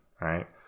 right